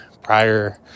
prior